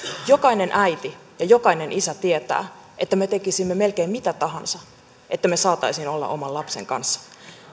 jokainen äiti ja jokainen isä tietää että me tekisimme melkein mitä tahansa että me saisimme olla oman lapsen kanssa